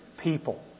people